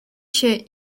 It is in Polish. się